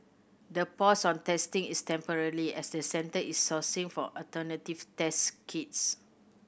the pause on testing is temporarily as the Centre is sourcing for alternative test kits